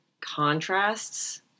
contrasts